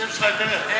השם שלך יותר יפה.